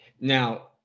Now